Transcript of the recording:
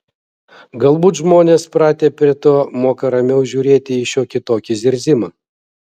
galbūt žmonės pratę prie to moka ramiau žiūrėti į šiokį tokį zirzimą